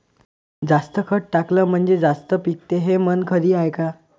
जास्त खत टाकलं म्हनजे जास्त पिकते हे म्हन खरी हाये का?